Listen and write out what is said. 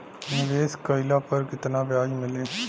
निवेश काइला पर कितना ब्याज मिली?